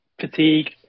fatigue